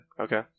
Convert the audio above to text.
Okay